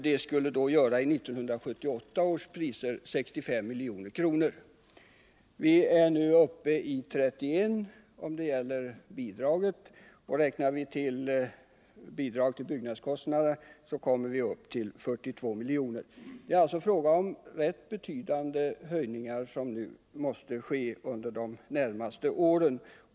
Det skulle i 1978 års priser göra 65 milj.kr. Vi är nu uppe i 31 miljoner i verksamhetsbidrag. Räknar vi med bidrag till byggnadskostnader kommer vi upp till 42 milj.kr. Det är alltså rätt betydande höjningar som måste ske under de närmaste åren.